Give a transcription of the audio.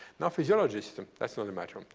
now, physiologist, and that's another matter. um